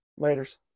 Laters